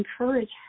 encourage